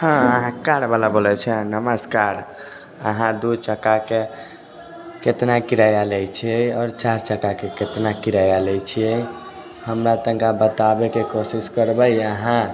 हँ अहाँ कारवाला बोलैत छी नमस्कार अहाँ दू चक्काके कितना किराआ लेइत छी आओर चारि चक्काके कितना किराआ लै छियै हमरा तनिका बताबैके कोशिश करबै अहाँ